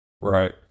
Right